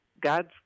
God's